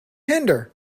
hinder